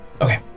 okay